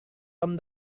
tom